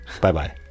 Bye-bye